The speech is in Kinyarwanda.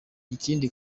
ikindi